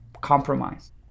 compromise